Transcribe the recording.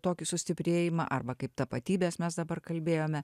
tokį sustiprėjimą arba kaip tapatybės mes dabar kalbėjome